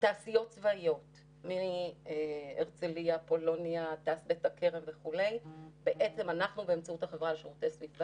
שזה מרשם הפליטות הלאומי, גם הוא מפורסם